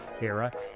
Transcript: era